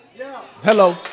Hello